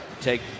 take